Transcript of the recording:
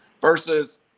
versus –